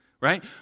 Right